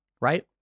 right